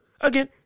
again